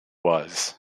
was